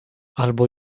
albo